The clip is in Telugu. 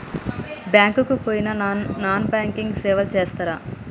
బ్యాంక్ కి పోయిన నాన్ బ్యాంకింగ్ సేవలు చేస్తరా?